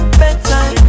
bedtime